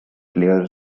player